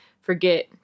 forget